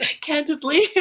candidly